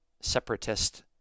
separatist